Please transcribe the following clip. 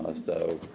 ah so,